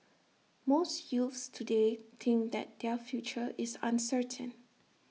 most youths today think that their future is uncertain